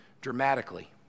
dramatically